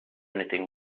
anything